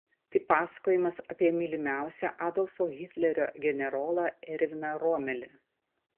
tai pasakojimas apie mylimiausią adolfo hitlerio generolą erviną romelį